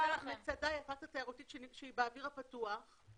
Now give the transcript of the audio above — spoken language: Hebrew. מצדה היא אטרקציה תיירותית כשהיא באוויר הפתוח.